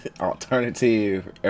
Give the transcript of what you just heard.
Alternative